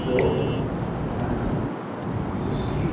ford falcon Suzuki